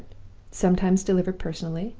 sometimes delivered personally,